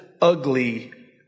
ugly